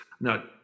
No